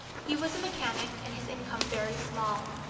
he was a mechanic and his income very small.